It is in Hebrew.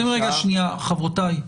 חברים, חברותיי,